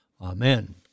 Amen